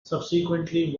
subsequently